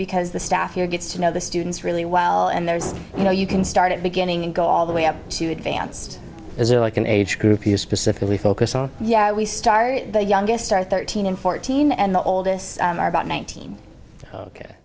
because the staff here gets to know the students really well and there's you know you can start at beginning and go all the way up to advanced like an age group you specifically focus on yeah we start the youngest are thirteen and fourteen and the oldest are about nineteen